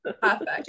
Perfect